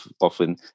often